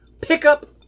pickup